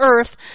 earth